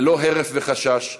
ללא הרף וחשש,